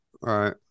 right